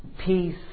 peace